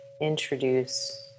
introduce